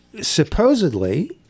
supposedly